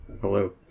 Hello